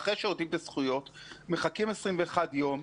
אחרי שיודעים את הזכויות מחכים 21 ימים,